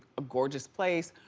a gorgeous place.